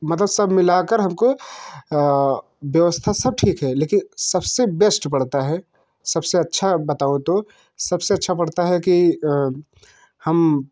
मतलब सब मिला कर हम को व्यवस्था सब ठीक है लेकिन सब से बेस्ट पड़ता है सब से अच्छा बताऊँ तो सब से अच्छा पड़ता है कि हम